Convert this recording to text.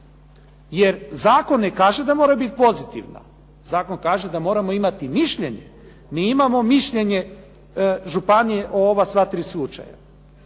Jer zakon ne kaže da moraju biti pozitivna, zakon kaže da moramo imati mišljenje. Mi imamo mišljenje županije o ova sva tri slučaja.